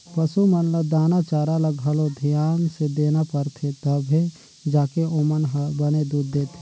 पसू मन ल दाना चारा ल घलो धियान से देना परथे तभे जाके ओमन ह बने दूद देथे